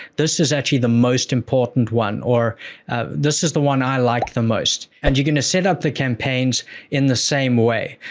this is actually the most important one, or this is the one i like the most. and you're going to set up the campaigns in the same way.